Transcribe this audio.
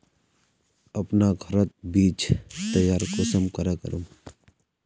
अपना घोरोत बीज तैयार कुंसम करे करूम?